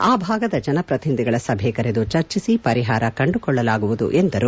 ಆ ಭಾಗದ ಜನಪ್ರತಿನಿಧಿಗಳ ಸಭೆ ಕರೆದು ಚರ್ಚಿಸಿ ಪರಿಷಾರ ಕಂಡುಕೊಳ್ಳಲಾಗುವುದು ಎಂದು ಹೇಳಿದರು